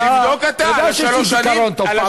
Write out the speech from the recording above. אתה יודע שיש לי זיכרון טוב.